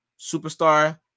Superstar